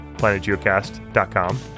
planetgeocast.com